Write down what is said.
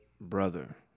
brother